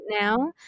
now